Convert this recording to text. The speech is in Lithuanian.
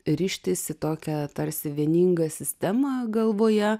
rištis į tokią tarsi vieningą sistemą galvoje